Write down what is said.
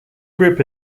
group